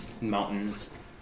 mountains